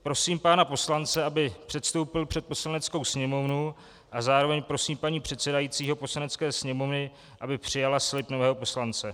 Prosím pana poslance, aby předstoupil před Poslaneckou sněmovnu, a zároveň prosím paní předsedající Poslanecké sněmovny, aby přijala slib nového poslance.